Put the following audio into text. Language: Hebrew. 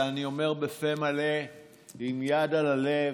ואני אומר בפה מלא ועם יד על הלב: